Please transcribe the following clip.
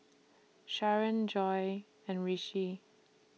Sharen Joi and Rishi